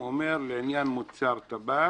אתה אומר לעניין מוצרי טבק,